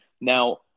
Now